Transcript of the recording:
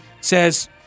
says